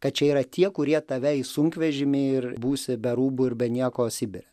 kad čia yra tie kurie tave į sunkvežimį ir būsi be rūbų ir be nieko sibire